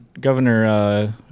Governor